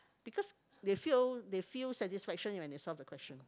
because they fail they feel satisfaction when they solve the question